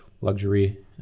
luxury